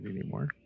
anymore